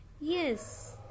Yes